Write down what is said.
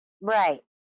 Right